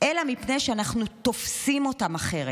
אלא מפני שאנחנו תופסים אותם אחרת,